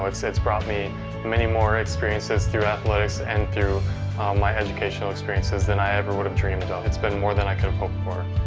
its its brought me many more experiences through athletics and through my education experiences than i ever would have dreamed of. it's been more than i could have hoped for.